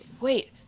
wait